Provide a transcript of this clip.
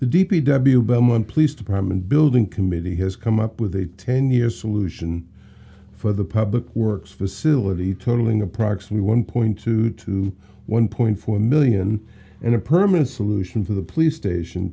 the d p w belmont police department building committee has come up with a ten year solution for the public works facility totaling approx one point two to one point four million and a permanent solution to the police station